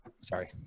Sorry